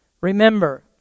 Remember